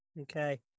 Okay